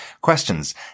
Questions